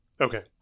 Okay